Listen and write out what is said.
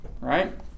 right